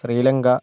Sri Lanka